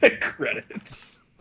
credits